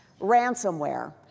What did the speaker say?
ransomware